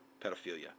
pedophilia